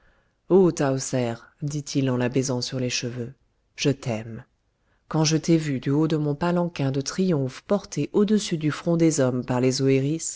tahoser dit-il en la baisant sur les cheveux je t'aime quand je t'ai vue du haut de mon palanquin de triomphe porté au-dessus du front des hommes par les